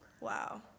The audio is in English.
Wow